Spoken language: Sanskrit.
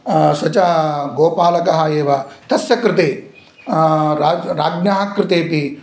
स च गोपालकः एव तस्य कृते राज् राज्ञः कृते अपि